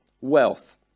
wealth